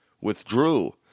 withdrew